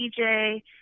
DJ